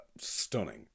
stunning